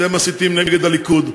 אתם מסיתים נגד הליכוד.